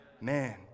Man